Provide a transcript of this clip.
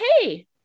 Hey